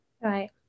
Right